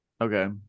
Okay